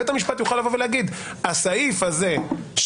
בית המשפט יוכל להגיד שהסעיף הזה של: